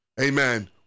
Amen